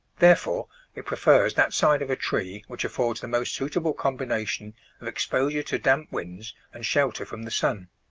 therefore it prefers that side of a tree which affords the most suitable combination of exposure to damp winds and shelter from the sun.